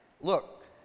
Look